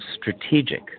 strategic